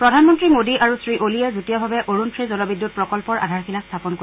প্ৰধানমন্ত্ৰী মোডী আৰু শ্ৰীঅ'লীয়ে যুটীয়াভাৱে অৰুণ থি জলবিদ্যুৎ প্ৰকল্পৰ আধাৰশিলা স্থাপন কৰিব